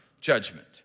judgment